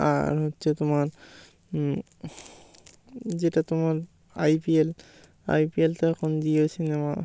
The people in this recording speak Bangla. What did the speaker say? আর হচ্ছে তোমার যেটা তোমার আইপিএল আই পি এল তো এখন জিও সিনেমা